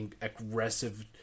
aggressive